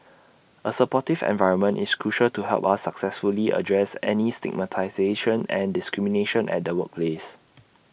A supportive environment is crucial to help us successfully address any stigmatisation and discrimination at the workplace